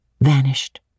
vanished